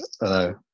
hello